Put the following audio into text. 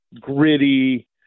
gritty